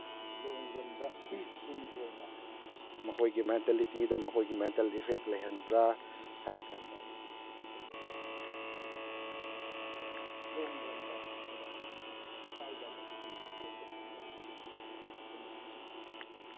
ꯂꯣꯡ ꯔꯟꯗ ꯇꯨꯡ ꯀꯣꯏꯅ ꯃꯈꯣꯏꯒꯤ ꯃꯦꯟꯇꯦꯂꯤꯇꯤꯗ ꯃꯈꯣꯏꯒꯤ ꯃꯦꯟꯇꯦꯜ ꯏꯐꯦꯛ ꯂꯩꯍꯟꯕ꯭ꯔꯥ ꯍꯥꯏꯔꯀꯥꯟꯗ ꯀꯔꯤ ꯂꯩꯍꯟꯕꯅꯣ ꯍꯥꯏꯀꯥꯟꯗ ꯂꯣꯡ ꯔꯟꯗ ꯁꯤꯅ ꯑꯀꯥꯏꯕ ꯑꯃꯗꯤ ꯑꯗꯨꯝ ꯑꯣꯏꯗꯕꯗꯤ ꯅꯠꯇꯦ ꯑꯗꯨꯝ